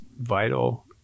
vital